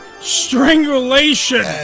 strangulation